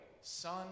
Son